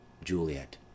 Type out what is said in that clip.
Juliet